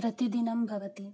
प्रतिदिनं भवति